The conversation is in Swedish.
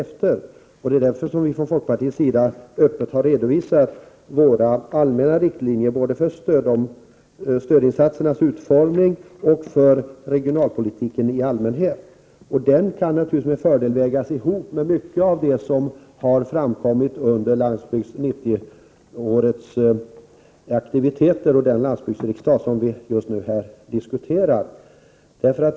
1988/89:114 är därför vi från folkpartiet öppet har redovisat våra allmänna riktlinjer, både 16 maj 1989 för stödinsatsernas utformning och för regionalpolitiken i allmänhet. De kan S gg Om behandlingen av naturligtvis med fördel vägas ihop med mycket av det som har framkommit i = I fördsbygds Landsbygds 90-årets aktivititeter och den landsbygdsriksdag som vi just nu AR enes. riksdagen här diskuterar.